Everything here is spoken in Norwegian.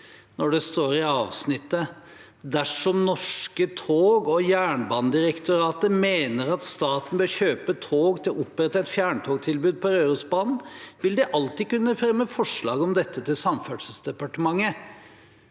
når det står: «Dersom Norske tog og Jernbanedirektoratet mener at staten bør kjøpe tog til å opprette et fjerntogtilbud på Rørosbanen vil de alltid kunne fremme forslag om dette til Samferdselsdepartementet.»